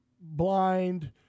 Blind